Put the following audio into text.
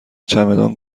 چمدان